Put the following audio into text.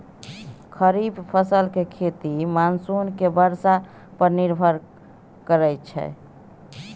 खरीफ फसल के खेती मानसून के बरसा पर निर्भर करइ छइ